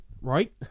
right